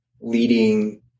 leading